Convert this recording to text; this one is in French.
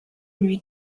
lui